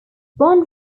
bond